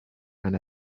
and